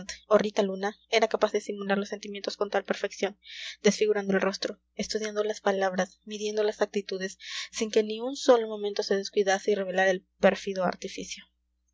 rita luna era capaz de simular los sentimientos con tal perfección desfigurando el rostro estudiando las palabras midiendo las actitudes sin que ni un solo momento se descuidase y revelara el pérfido artificio